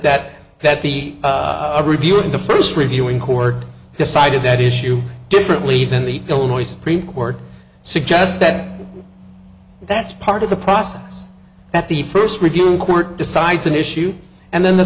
that that the review in the first reviewing court decided that issue differently than the illinois supreme court suggest that that's part of the process that the first review court decides an issue and then the